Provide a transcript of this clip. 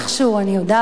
אני יודעת,